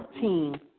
team